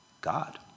God